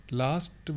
last